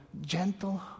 gentle